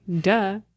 Duh